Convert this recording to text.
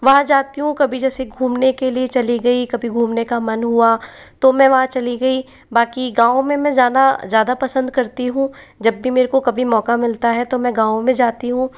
वहाँ जाती हूँ कभी जैसी घूमने के लिए चली गई कभी घूमने का मन हुआ तो मैं वहाँ चली गई बाकी गाँव में मैं ज़्यादा ज़्यादा पसंद करती हूँ जब भी मेरे को कभी मौका मिलता है तो मैं गाँव में जाती हूँ